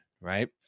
right